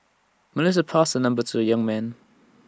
Melissa passed her number to the young man